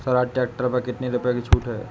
Swaraj tractor पर कितनी रुपये की छूट है?